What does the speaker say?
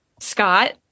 Scott